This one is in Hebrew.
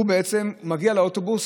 הוא בעצם מגיע לאוטובוס,